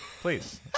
Please